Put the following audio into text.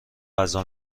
غذا